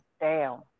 down